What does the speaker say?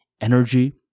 energy